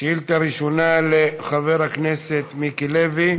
שאילתה ראשונה, לחבר הכנסת מיקי לוי.